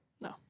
no